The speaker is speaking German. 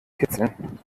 kitzeln